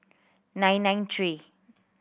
nine nine three